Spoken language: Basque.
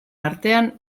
artean